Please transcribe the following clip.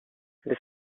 les